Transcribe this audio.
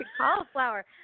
cauliflower